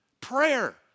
Prayer